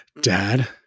Dad